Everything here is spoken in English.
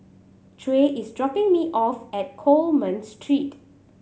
Trey is dropping me off at Coleman Street